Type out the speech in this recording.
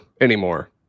anymore